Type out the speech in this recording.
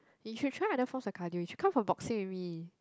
you should try other forms of cardio you should come for boxing with me